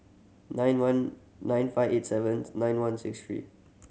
nine one nine five eight seven nine one six three